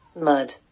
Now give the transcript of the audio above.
mud